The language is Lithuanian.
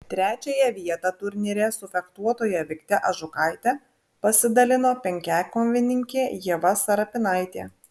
trečiąją vietą turnyre su fechtuotoja vikte ažukaite pasidalino penkiakovininkė ieva serapinaitė